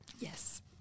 Yes